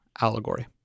allegory